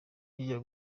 bijya